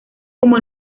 como